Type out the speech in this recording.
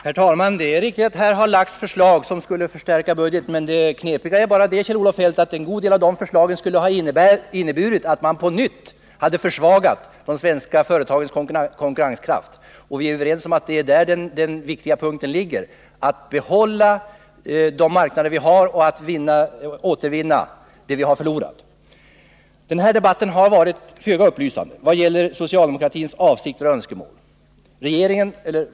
Herr talman! Det är riktigt att här har lagts fram förslag som skulle förstärka budgeten. Det knepiga är bara att en god del av de förslagen skulle ha inneburit att man på nytt försvagat de svenska företagens konkurrenskraft. Och vi är överens om att det viktiga är att behålla de marknader vi har och återvinna vad vi har förlorat. Den här debatten har varit föga upplysande när det gäller socialdemokratins avsikter och önskemål.